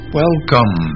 welcome